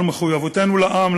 על מחויבותנו לעם,